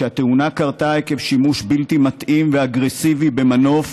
שהתאונה קרתה עקב שימוש בלתי מתאים ואגרסיבי במנוף,